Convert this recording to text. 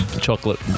chocolate